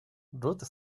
ruth